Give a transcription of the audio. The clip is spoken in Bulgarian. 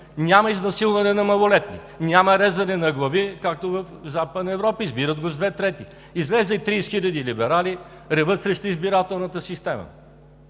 няма изнасилване на малолетни, няма рязане на глави, както в Западна Европа. Избират го с две трети! Излезли 30 хиляди либерали – реват срещу избирателната система.